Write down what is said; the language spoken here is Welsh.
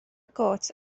got